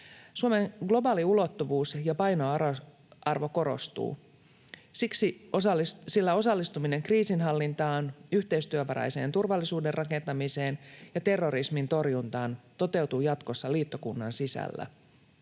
Suomen globaali ulottuvuus ja painoarvo korostuu, sillä osallistuminen kriisinhallintaan, yhteistyövaraiseen turvallisuuden rakentamiseen ja terrorismin torjuntaan toteutuu jatkossa liittokunnan sisällä.